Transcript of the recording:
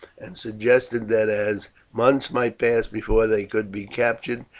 and suggested that as months might pass before they could be captured,